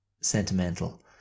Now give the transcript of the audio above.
sentimental